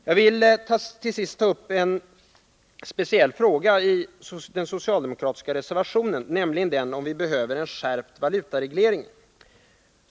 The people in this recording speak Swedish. Jag vill till sist ta upp en speciell fråga i den socialdemokratiska reservationen, nämligen den om vi behöver en skärpt valutareglering.